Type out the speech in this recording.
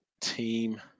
team